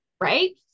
right